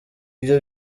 ibyo